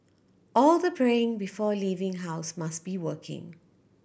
all the praying before leaving house must be working